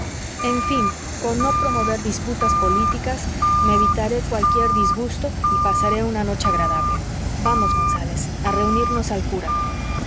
en fin con no promover disputas políticas me evitaré cualquier disgusto y pasaré una noche agradable vamos gonzález a reunimos al cura